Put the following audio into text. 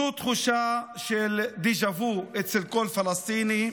זו תחושה של דז'ה-וו אצל כל פלסטיני,